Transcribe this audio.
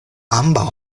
ambaŭ